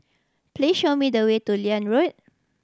please show me the way to Liane Road